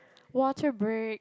water break